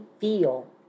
feel